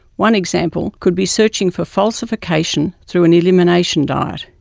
one example could be searching for falsification through an elimination diet.